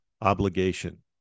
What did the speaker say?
obligation